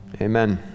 Amen